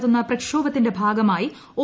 നടത്തുന്ന പ്രക്ഷോഭത്തിന്റെ ഭാഗമായി ഒ